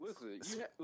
listen